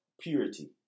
purity